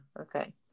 okay